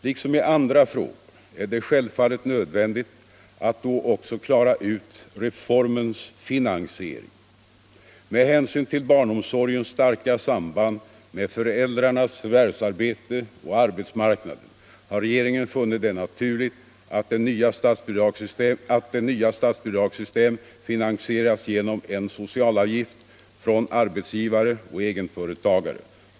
Liksom it andra frågor är det självfallet nödvändigt att då också klara ut reformens finansiering, Med hänsyn till barnomsorgens starka samband med föräldrarnas förvärvsarbete och arbetsmarknaden har regeringen funnit det naturligt att det nya statsbidragssystemet finansicras genom en socialavgift från arbetsgivare och egenföretagare.